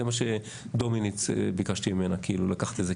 זה מה שדומיניץ, ביקשתי ממנה לקחת את זה.